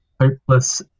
Hopeless